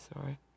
sorry